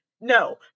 No